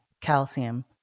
calcium